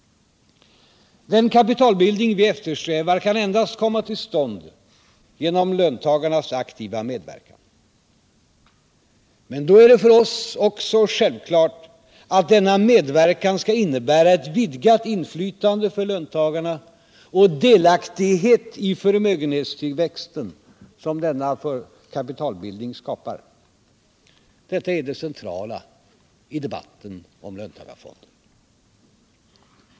Den kapitalbildning vi eftersträvar kan endast komma till stånd genom löntagarnas aktiva medverkan, men då är det för oss också självklart att denna medverkan skall innebära ett vidgat inflytande för löntagarna och delaktighet i den förmögenhetstillväxt som denna kapitalbildning skapar. Detta är det centrala i debatten om löntagarfonderna.